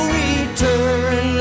return